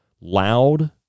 loud